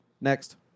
Next